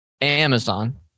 Amazon